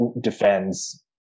defends